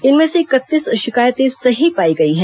इनमें से इकतीस शिकायतें सही पाई गई हैं